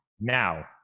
now